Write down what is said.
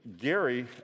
Gary